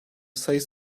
sayısı